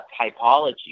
typology